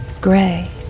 gray